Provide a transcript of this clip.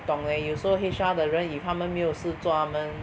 不懂 eh 有时候 H_R 的人 if 他们没有事做他们